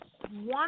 One